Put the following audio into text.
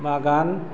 बागान